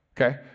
Okay